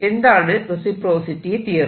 എന്താണ് reciprocity theorem